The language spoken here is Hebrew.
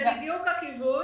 זה בדיוק הכיוון